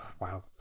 Wow